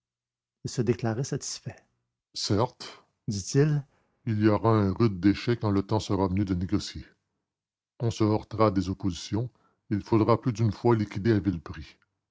se déclara satisfait certes dit-il il y aura un rude déchet quand le temps sera venu de négocier on se heurtera à des oppositions et il faudra plus d'une fois liquider à vil prix